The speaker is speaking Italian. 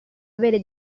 avere